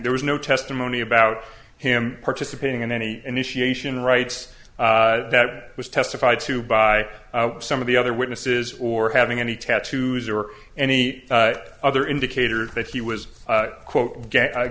there was no testimony about him participating in any initiation rites that was testified to by some of the other witnesses or having any tattoos or any other indicator that he was quote a